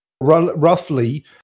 roughly